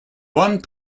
one